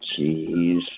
Jeez